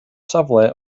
safle